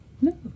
No